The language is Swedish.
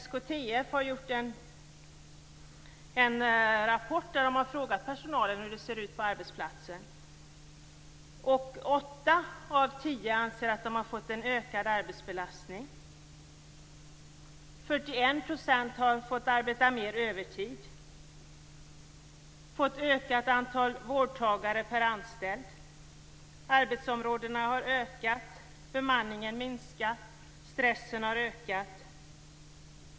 SKTF har i en rapport frågat personal hur det ser ut på den egna arbetsplatsen. Åtta av tio anser att de har fått en ökad arbetsbelastning. 41 % har fått arbeta mer övertid. Det har blivit ett ökat antal vårdtagare per anställd. Arbetsområdena har ökat. Bemanningen har minskat. Stressen har ökat.